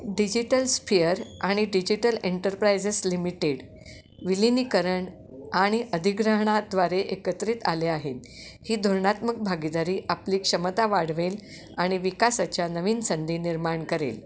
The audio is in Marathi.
डिजिटल स्फीअर आणि डिजिटल एंटरप्रायजेस लिमिटेड विलिनीकरण आणि अधिग्रहणाद्वारे एकत्रित आले आहेत ही धोरणात्मक भागीदारी आपली क्षमता वाढवेल आणि विकासाच्या नवीन संधी निर्माण करेल